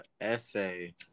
essay